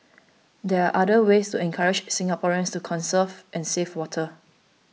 there are other ways to encourage Singaporeans to conserve and save water